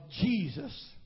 Jesus